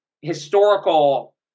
historical